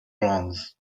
wrongs